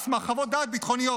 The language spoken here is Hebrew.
על סמך חוות דעת ביטחוניות,